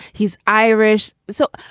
he's irish. so.